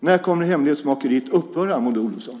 När kommer hemlighetsmakeriet att upphöra, Maud Olofsson?